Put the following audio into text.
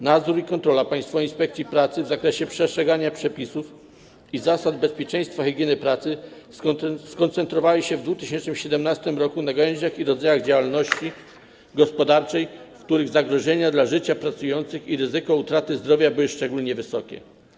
Nadzór i kontrola Państwowej Inspekcji Pracy w zakresie przestrzegania przepisów i zasad bezpieczeństwa i higieny pracy koncentrowały się w 2017 r. na gałęziach i rodzajach działalności gospodarczej, w których zagrożenia dla życia pracujących i ryzyko utraty zdrowia były szczególnie wysokie.